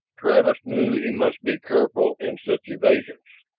travis knew he must be careful in such evasions.